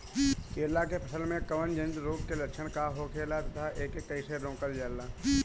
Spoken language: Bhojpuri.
केला के फसल में कवक जनित रोग के लक्षण का होखेला तथा एके कइसे रोकल जाला?